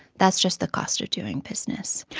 that's just the cost of doing business.